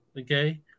okay